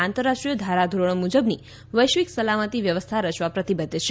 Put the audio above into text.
આંતરરાષ્ટ્રીય ધારા ધોરણો મુજબની વૈશ્વિક સલામતી વ્યવસ્થા રચવા પ્રતિબધ્ધ છે